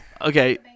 Okay